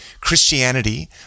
Christianity